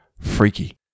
freaky